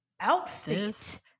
outfit